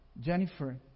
Jennifer